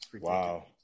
Wow